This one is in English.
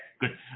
good